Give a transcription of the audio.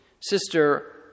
Sister